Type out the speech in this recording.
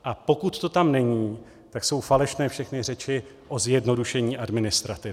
A pokud to tam není, tak jsou falešné všechny řeči o zjednodušení administrativy.